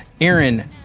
Aaron